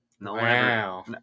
Wow